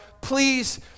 please